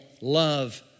love